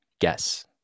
guess